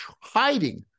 hiding